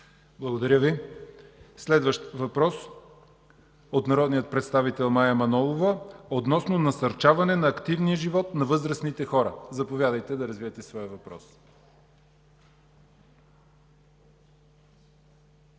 Благодаря Ви. Следващ въпрос от народния представител Мая Манолова относно насърчаване на активния живот на възрастните хора. Заповядайте да развиете своя въпрос.